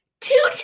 two